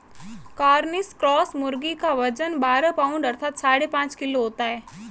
Cornish cross मुर्गी का वजन बारह पाउण्ड अर्थात साढ़े पाँच किलो होता है